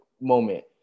moment